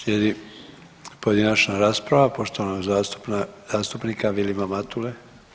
Slijedi pojedinačna rasprava poštovanog zastupnika Vilima Matule.